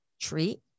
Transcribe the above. treat